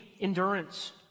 endurance